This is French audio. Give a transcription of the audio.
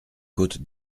côte